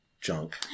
junk